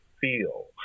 feel